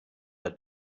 der